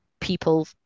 people